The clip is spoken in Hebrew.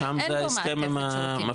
הם שם בהסכם עם המפעילים.